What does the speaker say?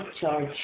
charge